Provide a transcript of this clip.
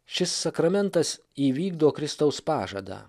šis sakramentas įvykdo kristaus pažadą